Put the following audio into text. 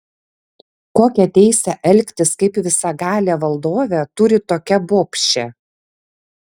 kokią teisę elgtis kaip visagalė valdovė turi tokia bobšė